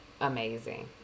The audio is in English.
amazing